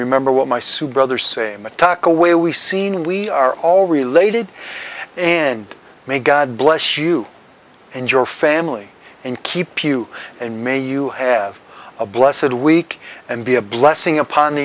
remember what my sue brother same attack away we seen we are all related and may god bless you and your family and keep you and may you have a blessid week and be a blessing upon